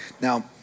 Now